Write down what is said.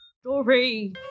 Story